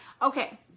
Okay